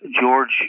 George